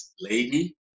lady